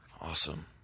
Awesome